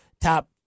top